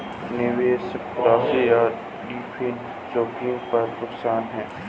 निवेशित राशि या डिफ़ॉल्ट जोखिम पर नुकसान है